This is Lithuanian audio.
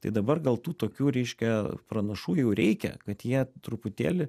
tai dabar gal tų tokių reiškia pranašų jau reikia kad jie truputėlį